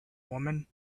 woman